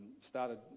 started